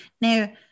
now